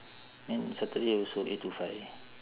then saturday also eight to five